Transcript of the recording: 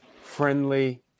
friendly